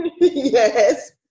Yes